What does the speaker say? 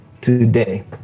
today